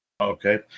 Okay